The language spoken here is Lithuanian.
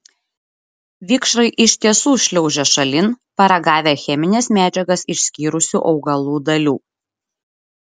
vikšrai iš tiesų šliaužia šalin paragavę chemines medžiagas išskyrusių augalų dalių